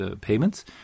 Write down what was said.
payments